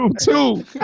two